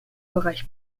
bereich